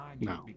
No